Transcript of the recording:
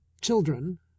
Children